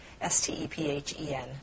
S-T-E-P-H-E-N